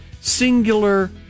singular